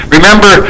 Remember